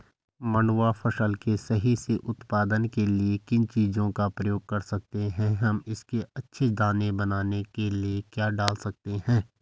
मंडुवा फसल के सही से उत्पादन के लिए किन चीज़ों का प्रयोग कर सकते हैं हम इसके अच्छे दाने बनाने के लिए क्या डाल सकते हैं?